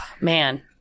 man